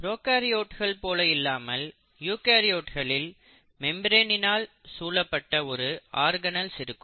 ப்ரோகாரியோட்கள் போல் இல்லாமல் யூகரியோட்களில் மெம்பிரேனினால் சூழப்பட்ட ஒரு ஆர்கனல்ஸ் இருக்கும்